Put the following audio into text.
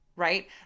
Right